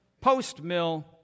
post-mill